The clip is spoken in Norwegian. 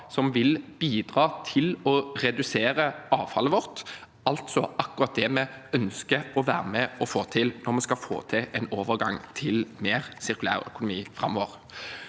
som vil bidra til å redusere avfallet vårt, altså akkurat det vi ønsker å være med på å få til når vi skal få til en overgang til mer sirkulærøkonomi framover.